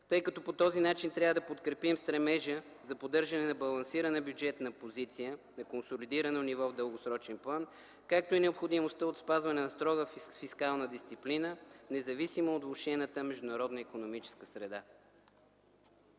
тъй като по този начин трябва да подкрепим стремежа за поддържане на балансирана бюджетна позиция на консолидирано ниво в дългосрочен план, както и необходимостта от спазване на строга фискална дисциплина независимо от влошената международна икономическа среда.